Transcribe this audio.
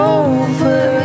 over